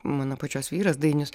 mano pačios vyras dainius